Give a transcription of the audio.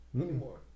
anymore